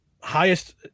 highest